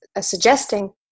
suggesting